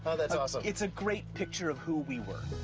ah that's awesome. it's a great picture of who we were.